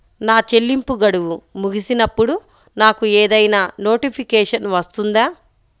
నా చెల్లింపు గడువు ముగిసినప్పుడు నాకు ఏదైనా నోటిఫికేషన్ వస్తుందా?